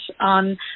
on